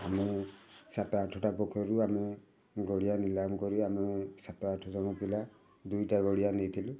ଆମେ ସାତ ଆଠଟା ପୋଖରୀରୁ ଆମେ ଗଡ଼ିଆ ନିଲାମ କରି ଆମେ ସାତ ଆଠ ଜଣ ପିଲା ଦୁଇଟା ଗଡ଼ିଆ ନେଇଥିଲୁ